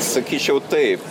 sakyčiau taip